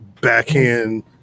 Backhand